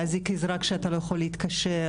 להזעיק עזרה כשאתה לא יכול להתקשר,